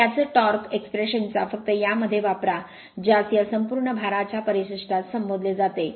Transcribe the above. त्याच टॉर्क एक्स्प्रेशनचा फक्त या मध्ये वापरा ज्यास या संपूर्ण भारच्या परिशिष्टास संबोधले जाते